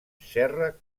serra